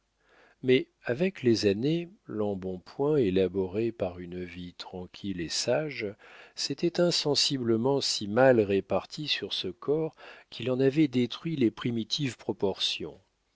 mais avec les années l'embonpoint élaboré par une vie tranquille et sage s'était insensiblement si mal réparti sur ce corps qu'il en avait détruit les primitives proportions